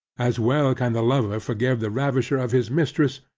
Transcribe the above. as well can the lover forgive the ravisher of his mistress,